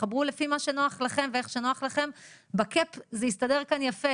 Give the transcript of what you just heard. תתחברו לפי מה שנוח לכם ואיך שנוח לכם." בקפ זה הסתדר כאן יפה